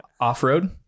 off-road